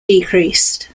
decreased